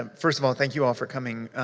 um first of all, thank you all for coming.